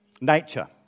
Nature